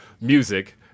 music